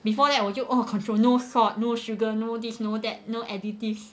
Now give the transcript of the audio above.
before that 我就 all control no salt no sugar no this no that no additives